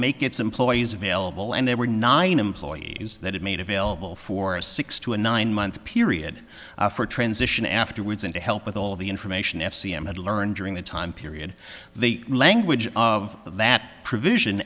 make its employees available and there were nine employees that had made available for a six to a nine month period for transition afterwards and to help with all of the information if c m had learned during the time period the language of that provision